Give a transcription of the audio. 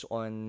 on